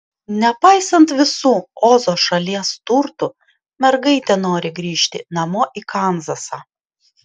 nepaisant visų ozo šalies turtų mergaitė nori grįžti namo į kanzasą